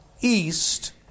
east